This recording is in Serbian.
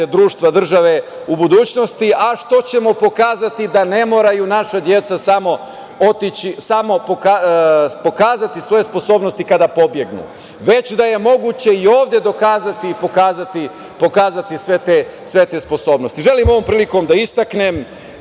društva, države, u budućnosti, a što ćemo dokazati da ne moraju naša deca pokazati svoje sposobnosti kada pobegnu, već da je moguće i ovde pokazati i dokazati sve te sposobnosti. Želim ovom prilikom da istaknem,